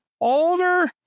older